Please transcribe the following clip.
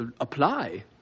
apply